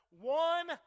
one